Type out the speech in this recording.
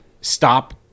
stop